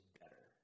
better